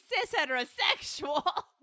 cis-heterosexual